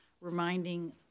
reminding